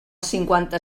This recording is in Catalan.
cinquanta